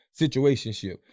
situationship